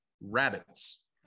rabbits